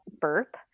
burp